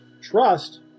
trust